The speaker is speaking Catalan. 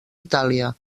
itàlia